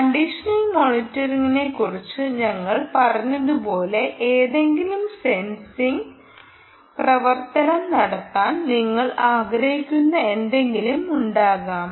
conditioning മോണിറ്ററിംഗിനെക്കുറിച്ച് ഞങ്ങൾ പറഞ്ഞതുപോലുള്ള ഏതെങ്കിലും സെൻസിംഗ് പ്രവർത്തനം നടത്താൻ നിങ്ങൾ ആഗ്രഹിക്കുന്ന ഏതെങ്കിലും ഉണ്ടാകാം